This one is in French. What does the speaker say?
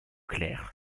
clair